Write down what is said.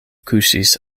kuŝis